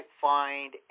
find